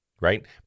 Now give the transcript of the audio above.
right